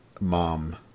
Mom